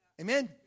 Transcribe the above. Amen